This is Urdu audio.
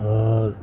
اور